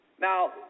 Now